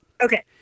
Okay